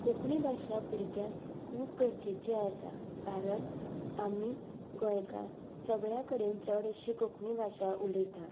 कोंकणी भाशा भुरग्यांक खूब गरजेची आसा कारण आमी गोंयकार सगल्या कडेन चडशे कोंकणी भाशा उलयता